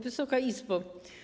Wysoka Izbo!